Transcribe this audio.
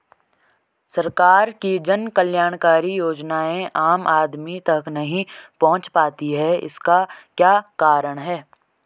सरकार की जन कल्याणकारी योजनाएँ आम आदमी तक नहीं पहुंच पाती हैं इसका क्या कारण है?